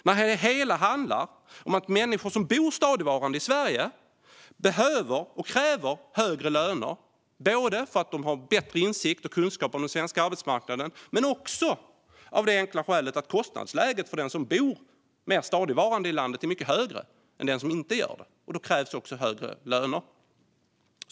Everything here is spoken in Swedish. Men det hela handlar ju om att människor som bor stadigvarande i Sverige behöver och kräver högre löner, både för att de har bättre insikt och kunskap om den svenska arbetsmarknaden och av det enkla skälet att kostnadsläget för den som bor mer stadigvarande i landet är mycket högre än för den som inte gör det. Då krävs också högre löner.